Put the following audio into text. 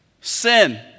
sin